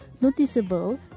noticeable